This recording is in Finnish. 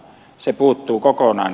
se puuttuu kokonaan